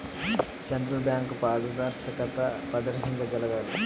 central బ్యాంకులు పారదర్శకతను ప్రదర్శించగలగాలి